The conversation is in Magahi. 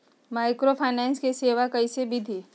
माइक्रोफाइनेंस के सेवा कइसे विधि?